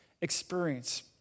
experience